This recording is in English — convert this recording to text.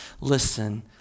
listen